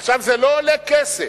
עכשיו, זה לא עולה כסף.